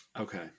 Okay